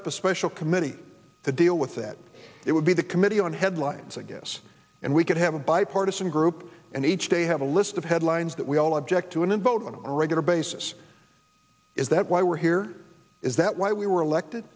up a special committee to deal with that it would be the committee on headlines a guess and we could have a bipartisan group and each day have a list of headlines that we all object to in vote on a regular basis is that why we're here is that why we were elected